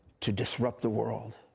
to disrupt the world.